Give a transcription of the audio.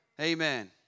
Amen